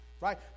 Right